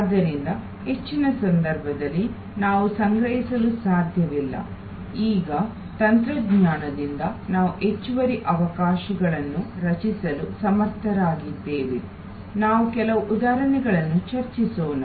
ಆದ್ದರಿಂದ ಹೆಚ್ಚಿನ ಸಂದರ್ಭಗಳಲ್ಲಿ ನಾವು ಸಂಗ್ರಹಿಸಲು ಸಾಧ್ಯವಿಲ್ಲ ಈಗ ತಂತ್ರಜ್ಞಾನದಿಂದ ನಾವು ಹೆಚ್ಚುವರಿ ಅವಕಾಶಗಳನ್ನು ರಚಿಸಲು ಸಮರ್ಥರಾಗಿದ್ದೇವೆ ನಾವು ಕೆಲವು ಉದಾಹರಣೆಗಳನ್ನು ಚರ್ಚಿಸೋಣ